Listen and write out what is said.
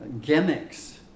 gimmicks